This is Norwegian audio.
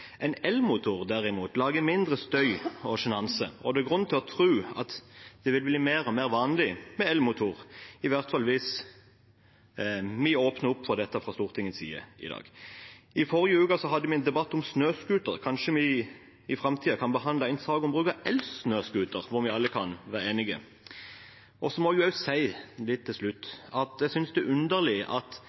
En elmotor, derimot, lager mindre støy og sjenanse, og det er grunn til å tro at det vil bli mer og mer vanlig med elmotor, i hvert fall hvis vi åpner opp for dette fra Stortingets side i dag. I forrige uke hadde vi debatt om snøscooter. Kanskje vi i framtiden kan behandle en sak om bruk av elsnøscooter, hvor vi alle kan være enige. Jeg må også si, til slutt, at jeg synes det er underlig at